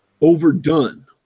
overdone